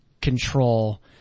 control